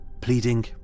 pleading